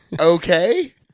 Okay